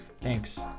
thanks